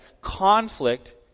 conflict